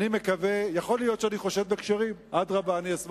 יכול להיות שאני חושד בכשרים, אדרבה, אני אשמח.